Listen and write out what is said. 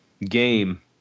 game